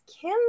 kim